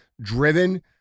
Driven